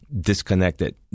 disconnected